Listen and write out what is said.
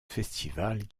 festival